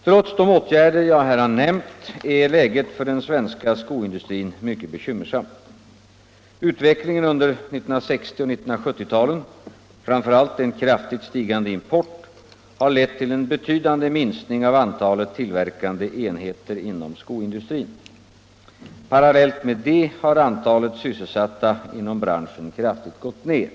Trots de åtgärder jag här nämnt är läget för den svenska skoindustrin mycket bekymmersamt. Utvecklingen under 1960 och 1970-talen — framför allt en kraftigt stigande import — har lett till en betydande minskning av antalet tillverkande enheter inom skoindustrin. Parallellt härmed har antalet sysselsatta inom branschen kraftigt gått ned.